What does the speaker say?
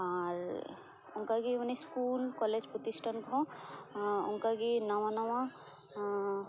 ᱟᱨ ᱚᱱᱟᱠᱟᱜᱮ ᱢᱟᱱᱮ school college ᱯᱨᱚᱛᱤᱥᱴᱟᱱ ᱠᱚᱦᱚᱸ ᱚᱱᱠᱟ ᱜᱮ ᱱᱟᱣᱟ ᱱᱟᱣᱟ